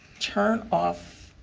turn off.